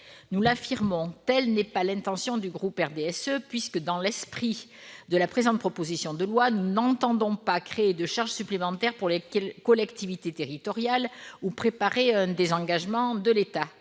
Nous l'affirmons, telle n'est pas l'intention du groupe du RDSE, puisque, dans le cadre de la présente proposition de loi, nous n'entendons pas créer de charge supplémentaire pour les collectivités territoriales ni préparer un désengagement de l'État.